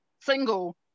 single